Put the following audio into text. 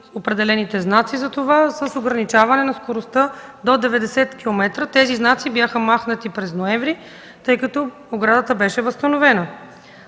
определените знаци за това с ограничаване на скоростта до 90 км. Знаците бяха махнати през ноември, тъй като оградата беше възстановена.